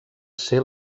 ser